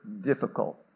difficult